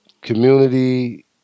community